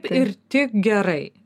ir tik gerai